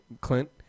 Clint